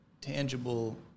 tangible